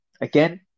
again